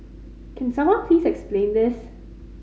can someone please explain this